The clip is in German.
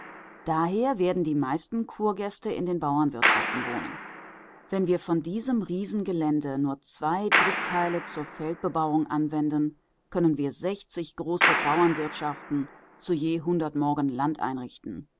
daher werden die meisten kurgäste in bauernwirtschaften wohnen wenn wir von diesem riesengelände nur zwei dritteile zur feldbebauung anwenden können wir sechzig große bauernwirtschaften zu je hundert morgen land einrichten